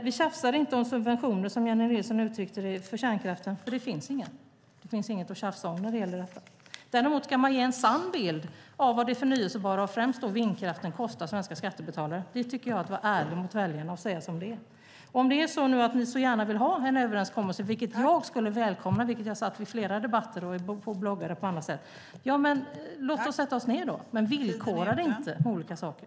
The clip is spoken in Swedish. Vi tjafsar inte om subventioner, som Jennie Nilsson uttryckte det, för kärnkraften. För det finns inget att tjafsa om när det gäller detta. Däremot ska man ge en sann bild av vad det förnybara och främst vindkraften kostar svenska skattebetalare. Det tycker jag är att vara ärlig mot väljarna, att säga som det är. Om ni nu så gärna vill ha en överenskommelse, vilket jag skulle välkomna, som jag har sagt i flera debatter och i bloggar och på annat sätt, låt oss sätta oss ned! Men villkora det inte med olika saker!